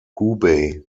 hubei